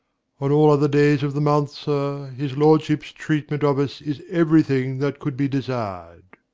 on all other days of the month, sir, his lordship's treatment of us is everything that could be desired.